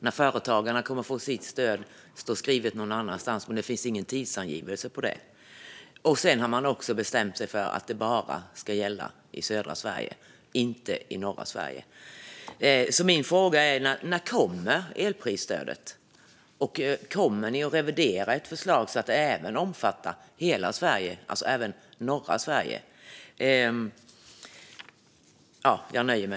När företagarna får sitt stöd står skrivet någon annanstans, men det finns ingen tidsangivelse för det. Man har också bestämt att elprisstödet bara ska gälla för södra Sverige, inte för norra Sverige. Min fråga är därför: När kommer elprisstödet? Och kommer ni att revidera ert förslag så att det omfattar hela Sverige, även norra Sverige?